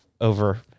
over